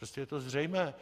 Prostě je to zřejmé.